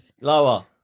Lower